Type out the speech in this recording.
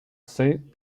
saint